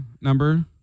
number